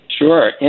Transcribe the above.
Sure